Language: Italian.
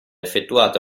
effettuato